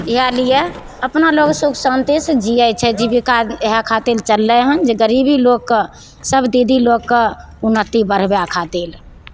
इएह लिए अपना लोग सुख शान्तिसँ जीयै छै जीविका इएह खातिर चललइ हन जे गरीबी लोगके सब दीदी लोगके उन्नति बढ़बय खातिर